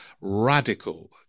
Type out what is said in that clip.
radical